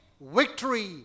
victory